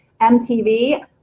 MTV